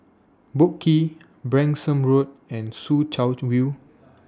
Boat Quay Branksome Road and Soo Chow View